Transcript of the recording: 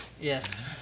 Yes